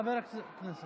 חבר הכנסת